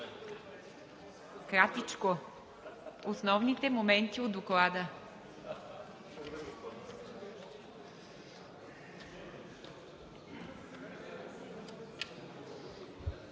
Кратичко – основните моменти от Доклада.